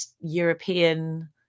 European